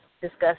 discuss